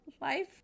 life